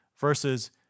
versus